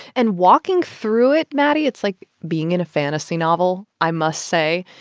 and walking through it, maddie, it's like being in a fantasy novel, i must say.